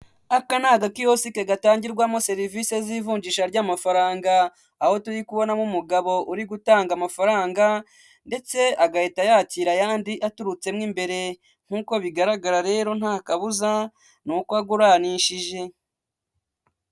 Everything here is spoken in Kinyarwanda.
Akana ni agakiyosike gatangirwamo serivisi z'ivunjisha ry'amafaranga, aho turi kubonamo umugabo uri gutanga amafaranga ndetse agahita yakira ayandi aturutsemo imbere nk'uko bigaragara rero nta kabuza ni uko aguranishije.